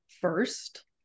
first